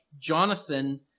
Jonathan